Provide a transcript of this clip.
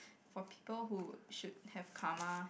for people who should have karma